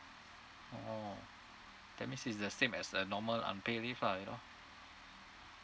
oh that means is the same as a normal unpaid leave lah you know